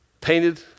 painted